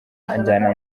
anjyana